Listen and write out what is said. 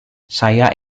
saya